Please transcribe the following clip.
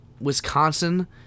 Wisconsin